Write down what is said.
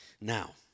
Now